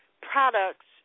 products